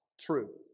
True